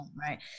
Right